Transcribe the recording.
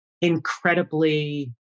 incredibly